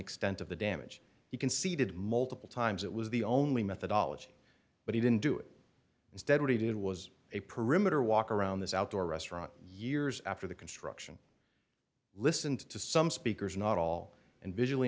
extent of the damage he conceded multiple times it was the only methodology but he didn't do it instead what he did was a perimeter walk around this outdoor restaurant years after the construction listened to some speakers not all and visually